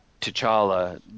t'challa